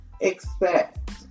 expect